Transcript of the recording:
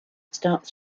starts